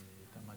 אדוני